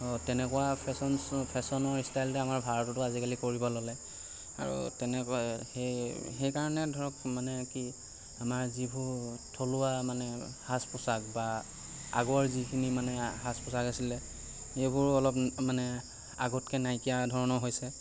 তেনেকুৱা fashion show ফেশ্ৱনৰ style এতিয়া আমাৰ ভাৰততো আজিকালি কৰিব ল'লে আৰু তেনেকুৱা সেই সেইকাৰণে ধৰক মানে কি আমাৰ যিবোৰ থলুৱা মানে সাজ পোছাক বা আগৰ যিখিনি মানে সাজ পোছাক আছিলে সেইবোৰো অলপ মানে আগতকৈ নাইকিয়া ধৰণৰ হৈছে